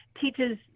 teaches